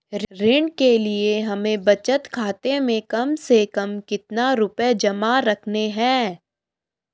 ऋण के लिए हमें बचत खाते में कम से कम कितना रुपये जमा रखने हैं?